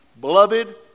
Beloved